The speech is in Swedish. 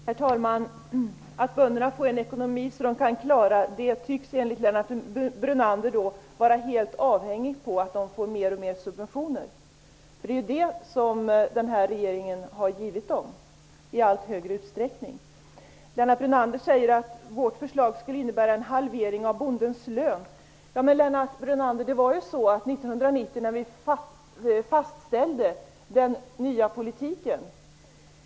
Herr talman! Att bönderna får en ekonomi så att de kan klara sig tycks enligt Lennart Brunander vara helt avhängigt att de får mer subventioner. Det är ju vad den här regeringen i allt större utsträckning har givit dem. Lennart Brunander sade att vårt förslag skulle innebära en halvering av bondens lön. Men det var ju faktiskt så, Lennart Brunander, att Centern var med när vi fastställde den nya politiken.